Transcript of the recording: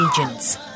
agents